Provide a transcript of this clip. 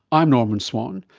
i'm norman swan,